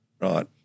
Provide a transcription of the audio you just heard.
right